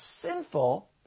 sinful